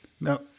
No